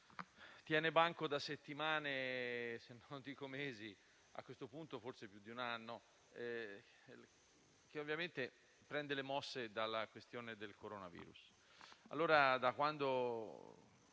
tiene banco da settimane, se non mesi (forse, a questo punto, da più di un anno), il quale prende le mosse dalla questione del coronavirus.